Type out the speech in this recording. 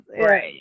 right